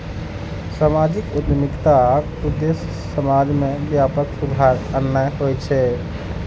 सामाजिक उद्यमिताक उद्देश्य समाज मे व्यापक सुधार आननाय होइ छै